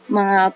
mga